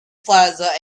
plaza